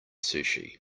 sushi